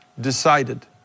DECIDED